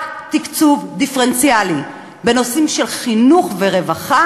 רק תקצוב דיפרנציאלי בנושאים של חינוך ורווחה